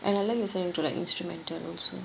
and I like listening to like instrumental also